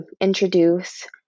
introduce